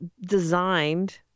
designed